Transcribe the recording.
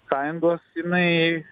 sąjungos jinai